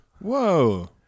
whoa